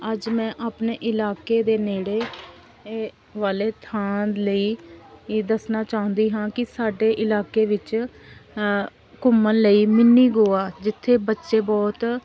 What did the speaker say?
ਅੱਜ ਮੈਂ ਆਪਣੇ ਇਲਾਕੇ ਦੇ ਨੇੜੇ ਏ ਵਾਲੇ ਥਾਂ ਲਈ ਇਹ ਦੱਸਣਾ ਚਾਹੁੰਦੀ ਹਾਂ ਕਿ ਸਾਡੇ ਇਲਾਕੇ ਵਿੱਚ ਘੁੰਮਣ ਲਈ ਮਿੰਨੀ ਗੋਆ ਜਿੱਥੇ ਬੱਚੇ ਬਹੁਤ